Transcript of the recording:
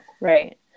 right